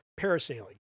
parasailing